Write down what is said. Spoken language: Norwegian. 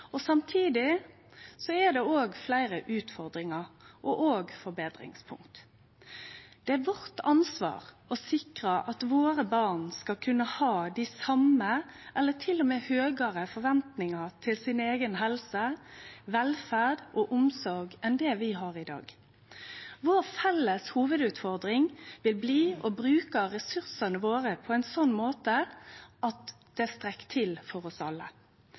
slag. Samtidig er det òg fleire utfordringar og forbetringspunkt. Det er vårt ansvar å sikre at barna våre skal kunne ha dei same eller til og med høgare forventningar til eiga helse, velferd og omsorg enn vi har i dag. Vår felles hovudutfordring vil bli å bruke ressursane våre på ein slik måte at det strekk til for oss alle.